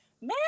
Man